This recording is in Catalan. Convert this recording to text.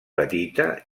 petita